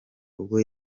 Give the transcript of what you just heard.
ubwo